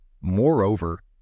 Moreover